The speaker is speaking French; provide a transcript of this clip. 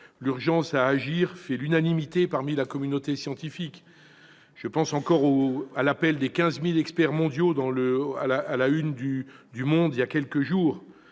L'urgence à agir fait l'unanimité parmi la communauté scientifique. Je pense encore à l'appel des 15 000 experts mondiaux à la une du journal voilà quelques jours.